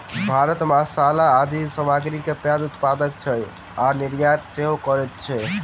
भारत मसाला आदि सामग्री के पैघ उत्पादक अछि आ निर्यात सेहो करैत अछि